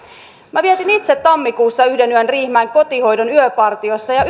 minä vietin itse tammikuussa yhden yön riihimäen kotihoidon yöpartiossa ja